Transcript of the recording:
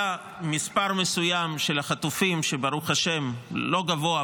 היה מספר מסוים של חטופים ברוך ה' לא גבוה,